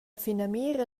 finamira